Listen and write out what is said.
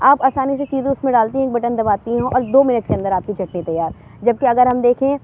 آپ آسانی سے چیزیں اس میں ڈالتی ہیں ایک بٹن دباتی ہیں اور دو منٹ کے اندر آپ کی چٹنی تیار جبکہ اگر ہم دیکھیں